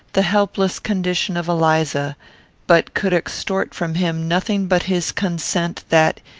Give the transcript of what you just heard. the helpless condition of eliza but could extort from him nothing but his consent that,